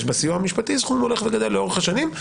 בסיוע המשפטי סכום הולך וגדל לאורך השנים.